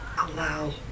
allow